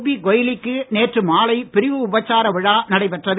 B கொய்லி க்கு நேற்று மாலை பிரிவு உபச்சார விழா நடைபெற்றது